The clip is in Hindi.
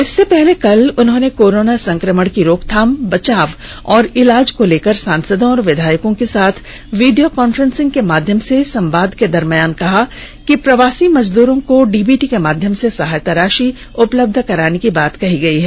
इससे पहले कल उन्होंने कोरोना संक्रमण की रोकथाम बचाव और इलाज को लेकर सांसदों और विधायकों के साथ वीडियो कॉन्फ्रेंसिंग के माध्यम से संवाद के दरम्यान कहा कि प्रवासी मजदूरों को डीबीटी के माध्यम से सहायता राषि उपलब्ध कराने की बात कही है